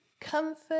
comfort